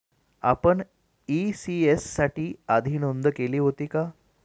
आपण इ.सी.एस साठी आधी नोंद केले होते का?